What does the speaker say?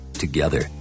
Together